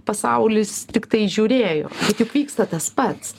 pasaulis tiktai žiūrėjo juk vyksta tas pats